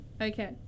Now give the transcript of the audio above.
Okay